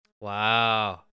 Wow